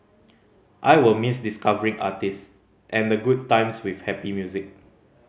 I will miss discovering artist and the good times with happy music